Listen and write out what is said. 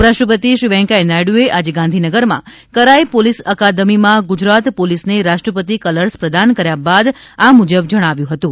ઉપરાષ્ટ્રપતિએ શ્રી વૈકૈયા નાયડુએ આજે ગાંધીનગરમાં કરાઇ પોલીસ અકાદમીમાં ગુજરાત પોલીસને રાષ્ટ્રપતિ કલર્સ પ્રદાન કર્યા બાદ આ મુજબ જણાવ્યું હતું